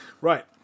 Right